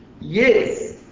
yes